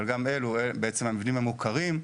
אבל אלה בעצם רק המבנים המוכרים.